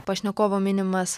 pašnekovo minimas